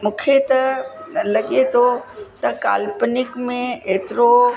मूंखे त लॻे थो त काल्पनिक में एतिरो